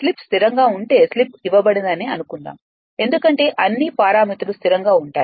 slip స్థిరంగా ఉంటే slip ఇవ్వబడిందని అనుకుందాం ఎందుకంటే అన్ని పారామితులు స్థిరంగా ఉంటాయి